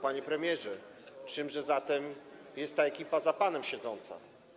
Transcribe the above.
Panie premierze, czymże zatem jest ta ekipa za panem siedząca?